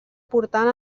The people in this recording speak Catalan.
portal